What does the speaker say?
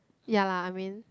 ya lah I mean